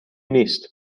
نیست